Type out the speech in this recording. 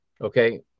Okay